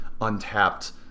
untapped